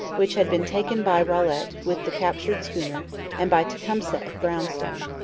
which had been taken by rolette with the captured schooner and by tecumseh at brownstown.